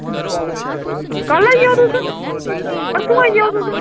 कल आई जाओ तुस परसुं आई जाओ तुस